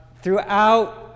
throughout